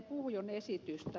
puhjon esitystä